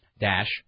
Dash